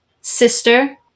sister